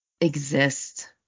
Exist